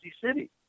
city